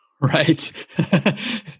Right